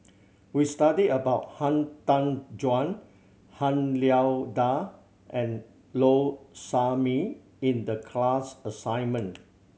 we studied about Han Tan Juan Han Lao Da and Low Sanmay in the class assignment